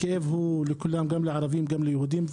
הכאב הוא של כולם, גם לערבים וגם ליהודים.